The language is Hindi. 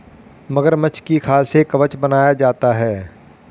मगरमच्छ की खाल से कवच बनाया जाता है